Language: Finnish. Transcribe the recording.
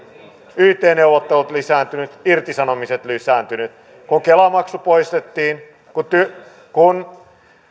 yt neuvottelut lisääntyneet irtisanomiset lisääntyneet kun kela maksu poistettiin kun